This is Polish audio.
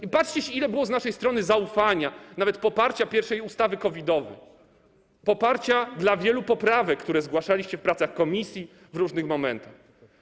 I patrzcie, ile było z naszej strony zaufania, nawet poparcia pierwszych ustaw COVID-owych, poparcia wielu poprawek, które zgłaszaliście w pracach komisji w różnych momentach.